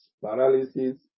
paralysis